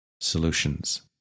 Solutions